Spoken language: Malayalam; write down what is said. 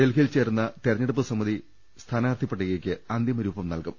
ഡൽഹിയിൽ ചേരുന്ന തെരഞ്ഞെടുപ്പ് സമിതി സ്ഥാനാർത്ഥി പട്ടികയ്ക്ക് അന്തിമരൂപം നൽകും